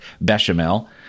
bechamel